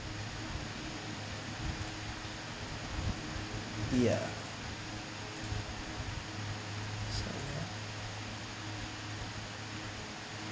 ya